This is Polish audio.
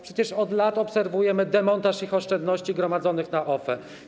Przecież od lat obserwujemy demontaż ich oszczędności gromadzonych na OFE.